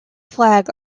flag